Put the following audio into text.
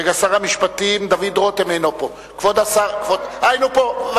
רגע, דוד רותם אינו פה, הנה הוא פה.